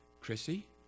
Chrissy